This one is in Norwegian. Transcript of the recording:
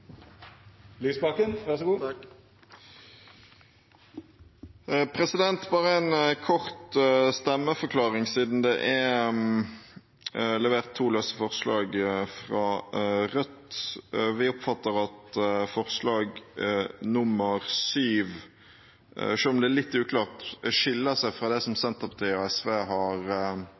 levert to løse forslag fra Rødt. Vi oppfatter at forslag nr. 7, selv om det er litt uklart, skiller seg fra det som Senterpartiet og SV har